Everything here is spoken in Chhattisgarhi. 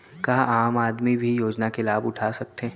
का आम आदमी भी योजना के लाभ उठा सकथे?